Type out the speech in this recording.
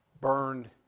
Burned